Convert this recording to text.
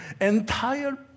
Entire